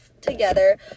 together